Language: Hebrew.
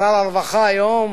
שר הרווחה היום